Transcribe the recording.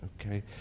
okay